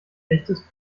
echtes